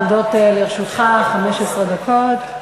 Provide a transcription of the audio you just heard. עומדות לרשותך 15 דקות.